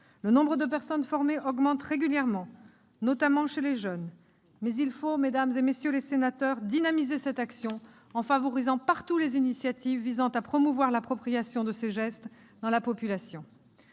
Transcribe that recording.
Le nombre de personnes formées augmente régulièrement, notamment chez les jeunes, mais il faut, mesdames, messieurs les sénateurs, dynamiser cette action en favorisant partout les initiatives visant à promouvoir l'appropriation de ces gestes dans la population.